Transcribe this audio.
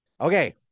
Okay